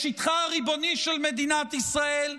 בשטחה הריבוני של מדינת ישראל,